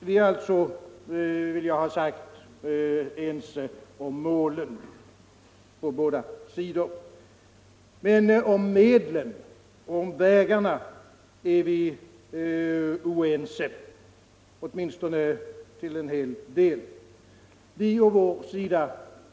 Vi är alltså ense om målen på båda sidor, men om medlen och vägarna är vi oense, åtminstone till stor del.